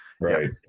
right